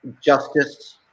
Justice